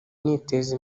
niteza